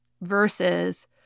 versus